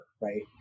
Right